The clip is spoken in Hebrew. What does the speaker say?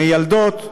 מיילדות,